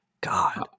God